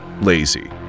lazy